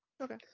Okay